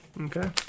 Okay